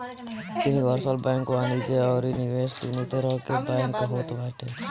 universal bank वाणिज्य अउरी निवेश दूनो तरह के बैंक होत बाटे